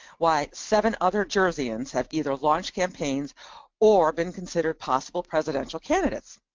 why, seven other jerseyans have either launched campaigns or been considered possible presidential candidates.